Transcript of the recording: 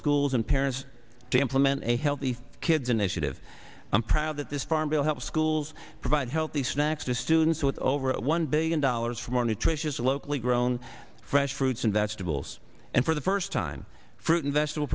schools and parents to implement a healthy kids initiative i'm proud that this farm will help schools provide healthy snacks to students with over one billion dollars for more nutritious locally grown fresh fruits and vegetables and for the first time fruit and vegetable